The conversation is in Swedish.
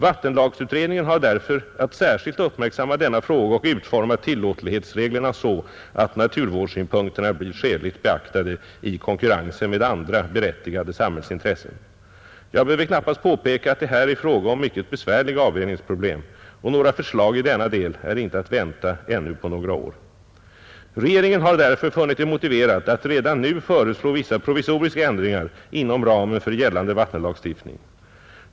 Vattenlagsutredningen har därför att särskilt uppmärksamma denna fråga och utforma tillåtlighetsreglerna så att naturvårdssynpunkterna blir skäligt beaktade i konkurrensen med andra berättigade samhällsintressen, Jag behöver knappast påpeka att det här är fråga om mycket besvärliga avvägningsproblem, och förslag i denna del är inte att vänta ännu på några år. Regeringen har därför funnit det motiverat att redan nu föreslå vissa provisoriska ändringar inom ramen för gällande vattenlagstiftning.